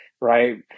right